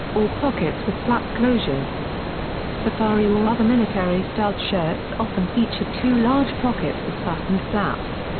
or pockets with flap closures safari or other military styled shirts often feature two large pockets with buttoned flaps.